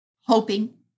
hoping